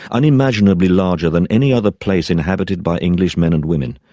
unimaginably larger than any other place inhabited by english men and women.